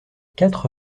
quatre